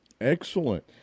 Excellent